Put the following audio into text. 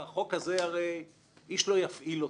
את החוק הזה הרי איש לא יפעיל אותו.